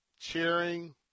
cheering